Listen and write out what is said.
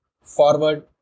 forward